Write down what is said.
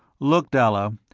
look, dalla.